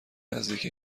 نزدیک